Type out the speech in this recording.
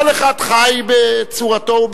כל אחד חי בצורתו.